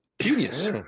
Genius